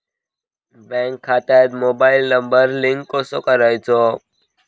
Bank खात्यात mobile number link कसो करायचो?